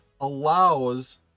allows